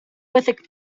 with